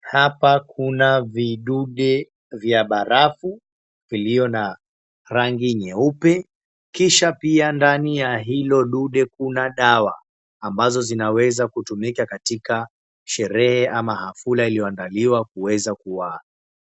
Hapa kuna vidude vya barafu viliyo na rangi nyeupe kisha ndani ya hilo dude kuna dawa ambazo zinaweza kutumika katika sherehe ama hafla iliyoandaliwa kuweza